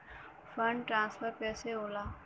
Fund transfer कैसे होला?